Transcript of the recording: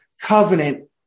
covenant